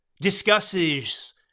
discusses